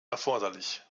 erforderlich